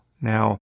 Now